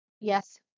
Yes